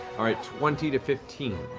all right, twenty to fifteen.